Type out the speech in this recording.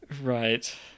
Right